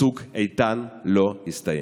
צוק איתן לא הסתיים.